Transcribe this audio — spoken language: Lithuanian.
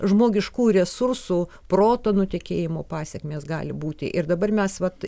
žmogiškųjų resursų proto nutekėjimo pasekmės gali būti ir dabar mes vat